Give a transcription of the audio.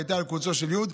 והייתה על קוצו של יו"ד.